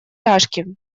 тяжким